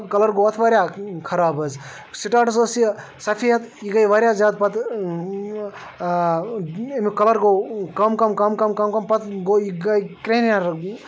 colour گوٚو اَتھ واریاہ خراب حظ سٹاٹَس ٲس یہِ سفید یہِ گٔیے واریاہ زیادٕ پَتہٕ اَمیُٚک کَلَر گوٚ کم کم کم کم کم کم پَتہٕ گوٚو یہِ کرٛیٚہنیٛار